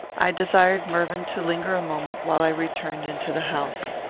i desired mervyn to linger a moment while i returned into the house.